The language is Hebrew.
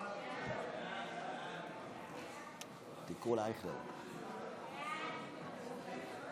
ההצעה להעביר את הצעת חוק הצעת חוק קליטת חיילים משוחררים (תיקון,